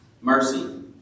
mercy